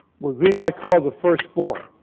what we might call the first floor.